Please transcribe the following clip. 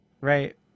right